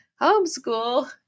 Homeschool